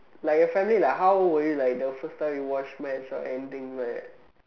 like your family like how will you like the first time you watch match like anything like that